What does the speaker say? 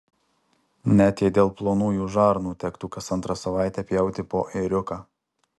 net jei dėl plonųjų žarnų tektų kas antrą savaitę pjauti po ėriuką